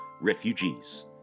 refugees